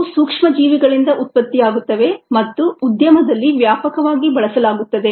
ಇವು ಸೂಕ್ಷ್ಮಜೀವಿಗಳಿಂದ ಉತ್ಪತ್ತಿಯಾಗುತ್ತವೆ ಮತ್ತು ಉದ್ಯಮದಲ್ಲಿ ವ್ಯಾಪಕವಾಗಿ ಬಳಸಲಾಗುತ್ತದೆ